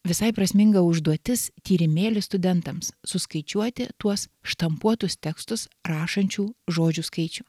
visai prasminga užduotis tyrimėlis studentams suskaičiuoti tuos štampuotus tekstus rašančių žodžių skaičių